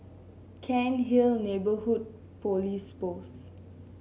Cairnhill Neighbourhood Police Post